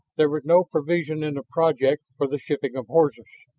there was no provision in the project for the shipping of horses.